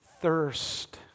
thirst